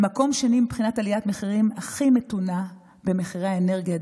במקום השני מבחינת עליית המחירים הכי מתונה במחירי האנרגיה,